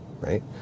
right